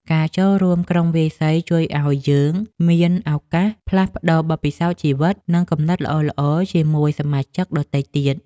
ការចូលរួមក្រុមវាយសីជួយឱ្យយើងមានឱកាសបានផ្លាស់ប្តូរបទពិសោធន៍ជីវិត និងគំនិតល្អៗជាមួយសមាជិកដទៃទៀត។